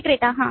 विक्रेता हाँ